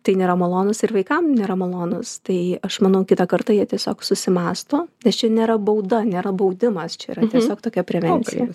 tai nėra malonus ir vaikam nėra malonus tai aš manau kitą kartą jie tiesiog susimąsto nes čia nėra bauda nėra baudimas čia yra tiesiog tokia prevencija